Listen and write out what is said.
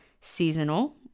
seasonal